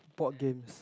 board games